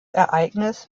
ereignis